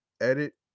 edit